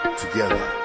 together